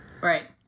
Right